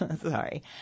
Sorry